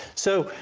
so,